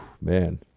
man